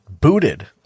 booted